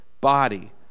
body